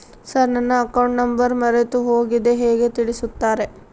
Sir ನನ್ನ account number ಮರೆತುಹೋಗಿದೆ ಹೇಗೆ ತಿಳಿಸುತ್ತಾರೆ?